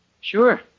Sure